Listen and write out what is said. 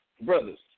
Brothers